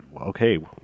Okay